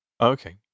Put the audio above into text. Okay